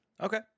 Okay